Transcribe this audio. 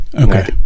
Okay